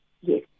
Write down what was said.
Yes